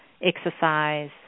exercise